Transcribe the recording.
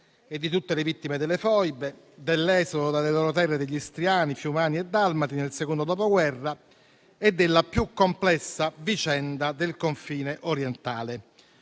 e di tutte le vittime delle foibe, dell'esodo dalle loro terre degli istriani, fiumani e dalmati nel secondo Dopoguerra e della più complessa vicenda del confine orientale».